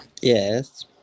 Yes